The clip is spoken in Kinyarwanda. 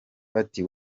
bati